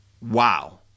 Wow